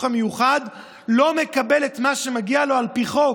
המיוחד לא מקבל את מה שמגיע לו על פי חוק.